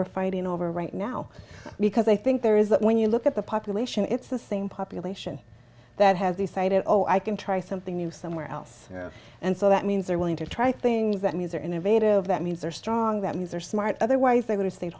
we're fighting over right now because i think there is that when you look at the population it's the same population that has decided oh i can try something new somewhere else and so that means they're willing to try things that means they're innovative that means they're strong that means they're smart otherwise they